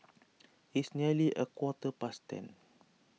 it's nearly a quarter past ten